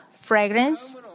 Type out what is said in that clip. fragrance